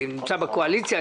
אני נמצא בקואליציה?